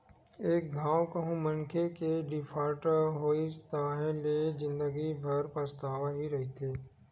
एक घांव कहूँ मनखे ह डिफाल्टर होइस ताहाँले ले जिंदगी भर के पछतावा ही रहिथे